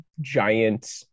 giant